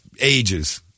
ages